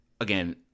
again